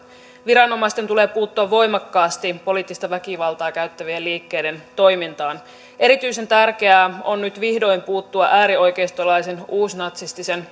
viranomaisten tulee puuttua voimakkaasti poliittista väkivaltaa käyttävien liikkeiden toimintaan erityisen tärkeää on nyt vihdoin puuttua äärioikeistolaisen uusnatsistisen